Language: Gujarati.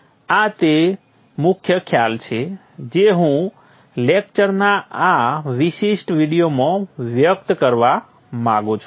આ તે મુખ્ય ખ્યાલ છે જે હું લેકચરના આ વિશિષ્ટ વિડિઓમાં વ્યક્ત કરવા માંગું છું